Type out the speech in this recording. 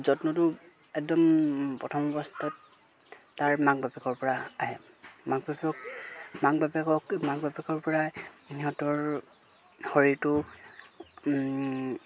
যত্নটো একদম প্ৰথম অৱস্থাত তাৰ মাক বাপেকৰপৰা আহে মাক বাপেক মাক বাপেকক মাক বাপেকৰপৰা সিহঁতৰ শৰীৰটো